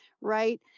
right